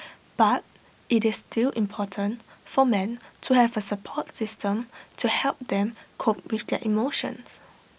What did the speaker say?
but IT is still important for men to have A support system to help them cope with their emotions